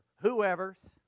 whoever's